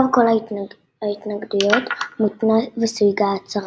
לאור כל ההתנגדויות מותנה וסויגה ההצהרה.